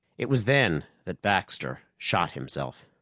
it was then that baxter shot himself.